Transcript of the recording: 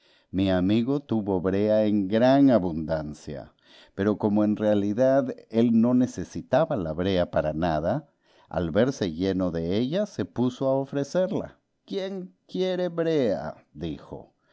mi amigo tuvo brea en gran abundancia pero como en realidad él no necesitaba la brea para nada al verse lleno de ella se puso a ofrecerla quién quiere brea